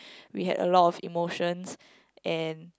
we had a lot of emotions and